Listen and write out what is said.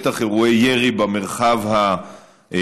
בטח אירועי ירי במרחב הבנוי,